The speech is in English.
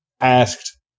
asked